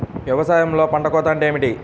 వ్యవసాయంలో పంట కోత అంటే ఏమిటి?